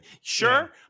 sure